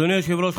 אדוני היושב-ראש,